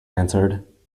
answered